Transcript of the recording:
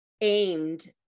aimed